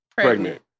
Pregnant